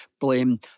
blame